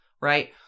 Right